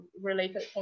related